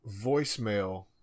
voicemail